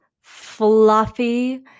fluffy